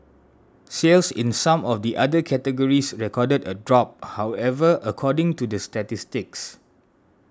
sales in some of the other categories recorded a drop however according to the statistics